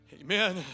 Amen